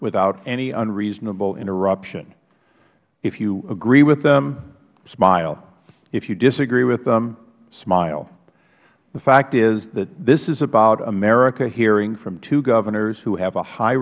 without any unreasonable interruption if you agree with them smile if you disagree with them smile the fact is that this is about america hearing from two governors who have a high